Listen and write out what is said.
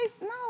no